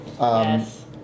yes